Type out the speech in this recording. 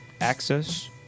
access